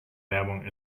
werbung